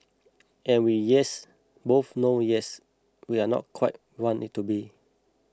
and we yes both know yes we are not quite want it to be